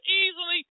easily